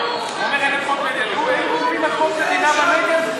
חוק במדינה בנגב?